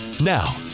Now